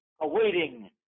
awaiting